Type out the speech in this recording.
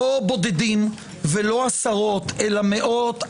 לא בודדים ולח עשרות אלא מאות,